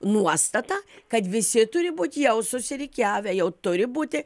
nuostatą kad visi turi būt jau susirikiavę jau turi būti